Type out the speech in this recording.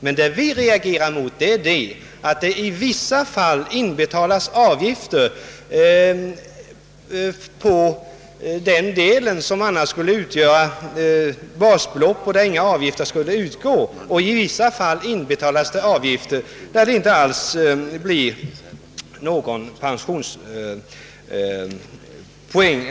Men vad vi reagerar mot är att det i vissa fall inbetalas avgifter på den del som annars skulle utgöra basbelopp och där inga avgifter skulle utgå samt att det inbetalas avgifter som inte grundar någon pensionsrätt.